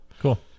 Cool